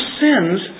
sins